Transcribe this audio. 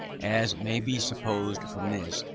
as may be supposed from this,